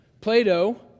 Plato